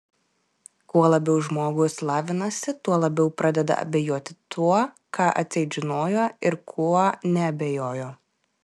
kuo labiau žmogus lavinasi tuo labiau pradeda abejoti tuo ką atseit žinojo ir kuo neabejojo